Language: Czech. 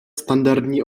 standardní